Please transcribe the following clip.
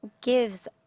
gives